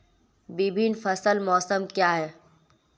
विभिन्न फसल मौसम क्या हैं?